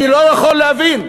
אני לא יכול להבין,